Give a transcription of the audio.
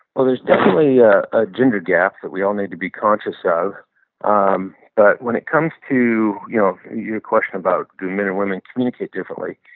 there's definitely yeah a gender gap that we all need to be conscious of um but when it comes to your your question about do men and women communicate differently,